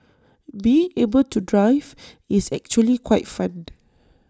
being able to drive is actually quite fun